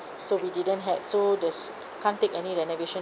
so we didn't had so there's can't take any renovation